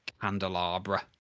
candelabra